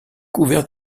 couvert